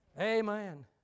amen